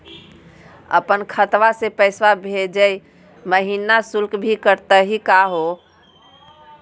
अपन खतवा से पैसवा भेजै महिना शुल्क भी कटतही का हो?